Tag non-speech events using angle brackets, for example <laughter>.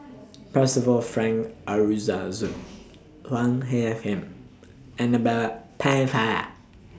Percival Frank <unintelligible> Chua He Khim Annabel Pennefather